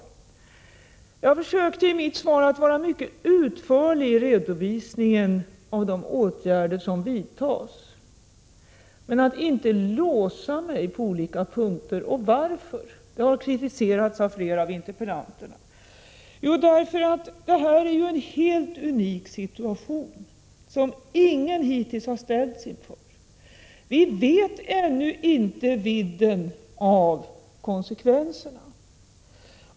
Jag försökte i mitt svar att vara mycket utförlig i redovisningen av de åtgärder som vidtas men att inte låsa mig på olika punkter. Varför? — jag har kritiserats av flera av interpellanterna. Jo, därför att det här är en helt unik situation som ingen hittills har ställts inför. Vi vet ännu inte vidden av konsekvenserna.